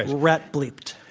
rat-bleeped.